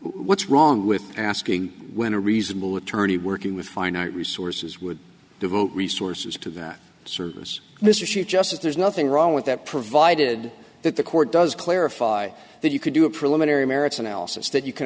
what's wrong with asking when a reasonable attorney working with finite resources would devote resources to that service mr chief justice there's nothing wrong with that provided that the court does clarify that you can do a preliminary merits analysis that you can